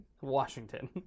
Washington